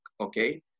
okay